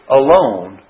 alone